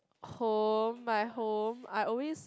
home my home I always